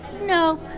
Nope